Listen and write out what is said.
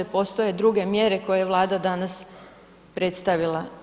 Postoje druge mjere koje je Vlada danas predstavila.